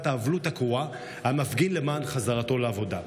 האבלות הקרועה והיה מפגין למען חזרתו לעבודה.